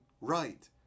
right